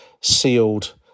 sealed